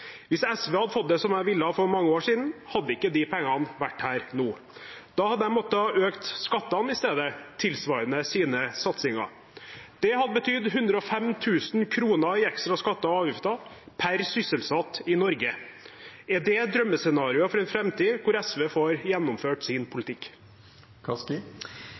Hvis SV hadde fått det som de ville for mange år siden, hadde ikke de pengene vært her nå. Da hadde de måttet øke skattene i stedet, tilsvarende sine satsinger. Det hadde betydd 105 000 kr i ekstra skatter og avgifter per sysselsatt i Norge. Er det et drømmescenario for en framtid der SV får gjennomført sin